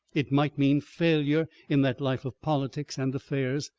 it might mean failure in that life of politics and affairs,